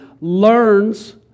learns